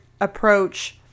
approach